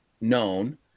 known